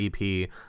EP